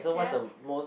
ya